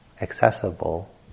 accessible